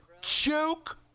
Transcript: Joke